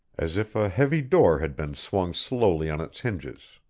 as if a heavy door had been swung slowly on its hinges,